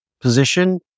position